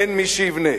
אין מי שיבנה.